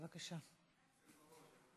גברתי